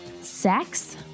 Sex